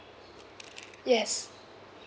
yes